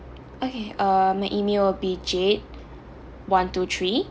okay uh my email will be jade one two three